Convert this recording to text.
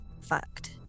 fact